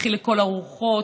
לכי לכל הרוחות,